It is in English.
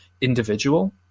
individual